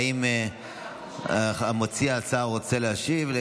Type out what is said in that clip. האם מציע ההצעה רוצה להשיב?